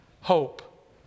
hope